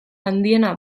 handiena